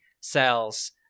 cells